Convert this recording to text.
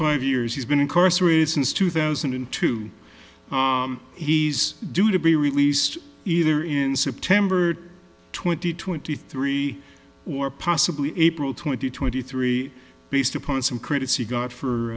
five years he's been incarcerated since two thousand and two he's due to be released either in september twenty twenty three or possibly april twenty twenty three based upon some critic